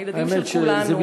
הילדים של כולנו,